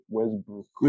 Westbrook